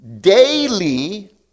daily